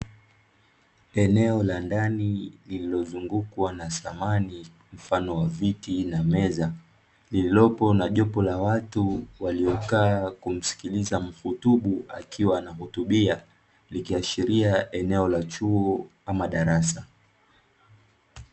Eneo la ndani liilozungukwa na samani mfano wa viti na meza, lililopo na jopo la watu waliokaa kumsikiliza mhutubu akiwa anahutubia ni kiashiria eneo la chuo ama darasa.